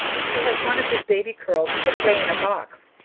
she has one of his baby curls put away in a box,